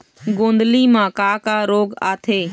गोंदली म का का रोग आथे?